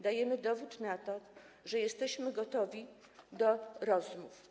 Dajemy dowód na to, że jesteśmy gotowi do rozmów.